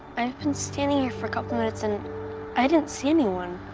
i've been standing here for a couple minutes and i didn't see anyone.